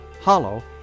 Hollow